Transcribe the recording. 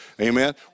amen